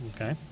Okay